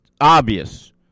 obvious